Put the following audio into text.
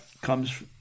comes